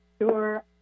sure